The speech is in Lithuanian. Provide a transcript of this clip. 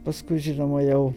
paskui žinoma jau